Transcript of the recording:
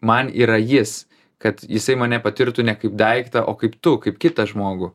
man yra jis kad jisai mane patirtų ne kaip daiktą o kaip tu kaip kitą žmogų